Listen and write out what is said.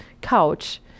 couch